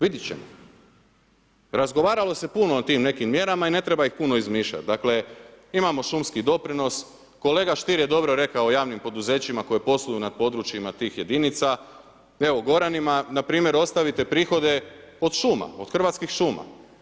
Biti će, razgovaralo se puno o tim nekim mjerama i ne treba ih puno izmišljati, dakle, imamo šumski doprinos, kolega Stier je dobro rekao javnim poduzećima koji posluju na područjima tih jedinica, evo, Goranima, npr. ostavite prihode, od šuma, od Hrvatskih šuma.